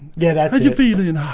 yeah, that's a feeling and